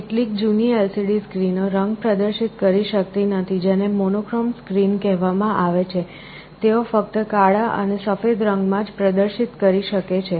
કેટલીક જૂની LCD સ્ક્રીનો રંગ પ્રદર્શિત કરી શકતી નથી જેને મોનોક્રોમ સ્ક્રીન કહેવામાં આવે છે તેઓ ફક્ત કાળા અને સફેદ રંગ માં જ પ્રદર્શિત કરી શકે છે